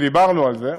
ודיברנו על זה,